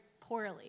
poorly